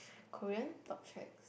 Korean top track